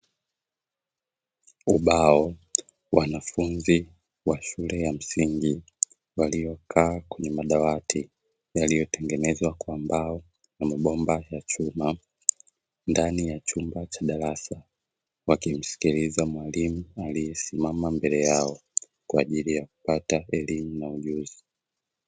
Ubao, wanafunzi wa shule ya msingi waliokaa kwenye madawati, yaliyotengenezwa kwa mbao na mabomba ya chuma ndani ya chumba cha darasa wakimsikiliza mwalimu aliesimama mbele yao kwaajili ya kupata elimu na ujuzi.